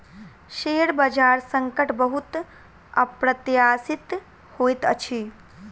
share बजार संकट बहुत अप्रत्याशित होइत अछि